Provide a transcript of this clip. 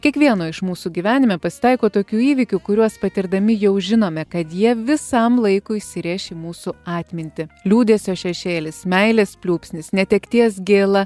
kiekvieno iš mūsų gyvenime pasitaiko tokių įvykių kuriuos patirdami jau žinome kad jie visam laikui įsirėš į mūsų atmintį liūdesio šešėlis meilės pliūpsnis netekties gėla